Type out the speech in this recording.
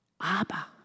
Abba